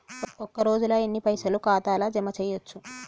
ఒక రోజుల ఎన్ని పైసల్ ఖాతా ల జమ చేయచ్చు?